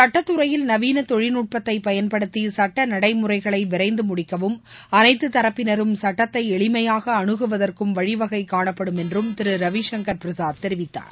சுட்டத்துறையில் நவீள தொழில் நுட்பத்தை பயன்படுத்தி சுட்ட நடைமுறைகளை விரைந்து முடிக்கவும் அனைத்து தரப்பினரும் சுட்டத்தை எளினமயாக அனுகுவதற்கும் வழிவகை காணப்படும் என்றும் திரு ரவிசங்கர் பிரசாத் தெரிவித்தார்